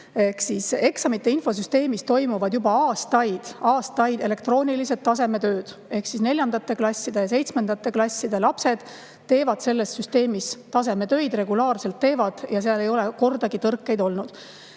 Eksamite infosüsteemis toimuvad juba aastaid elektroonilised tasemetööd. Neljandate ja seitsmendate klasside lapsed teevad selles süsteemis tasemetöid regulaarselt, seal ei ole kordagi tõrkeid olnud.